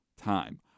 time